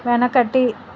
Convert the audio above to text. వెనకటి